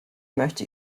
möchte